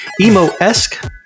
Emo-esque